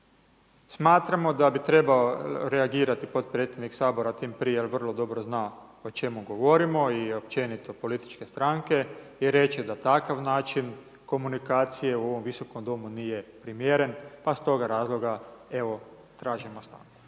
Smatramo da bi trebao reagirati podpredsjednik Sabora tim prije jer vrlo dobro zna o čemu govorimo i općenito političke stranke i reći da takav način komunikacije u ovom visokom domu nije primjeren pa stoga razloga evo tražimo stanku.